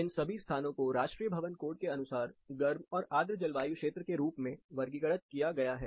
इन सभी स्थानों को राष्ट्रीय भवन कोड के अनुसार गर्म और आर्द्र जलवायु क्षेत्र के रूप में वर्गीकृत किया गया है